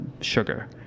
sugar